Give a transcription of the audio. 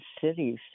cities